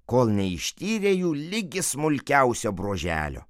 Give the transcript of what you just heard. kol neištyrė jų ligi smulkiausio broželio